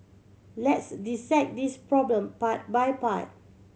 let's dissect this problem part by part